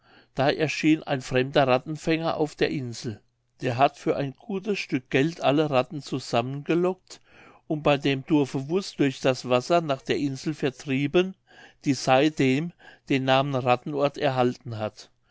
da erschien ein fremder rattenfänger auf der insel der hat für ein gutes stück geld alle ratten zusammengelockt und bei dem dorfe wuß durch das wasser nach der insel vertrieben die seitdem den namen rattenort erhalten hat